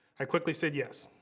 i quickly said yes!